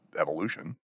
evolution